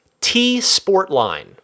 T-Sportline